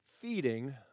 feeding